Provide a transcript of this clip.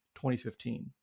2015